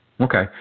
Okay